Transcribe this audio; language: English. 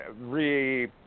re